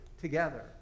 together